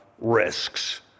risks